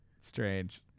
Strange